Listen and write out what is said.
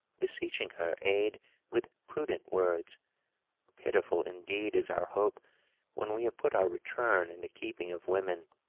beseeching her aid with prudent words pitiful indeed is our hope when we have put our return in the keeping of women.